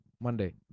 Monday